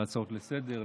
להצעות לסדר,